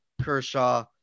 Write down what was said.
Kershaw